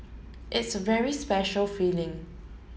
it's a very special feeling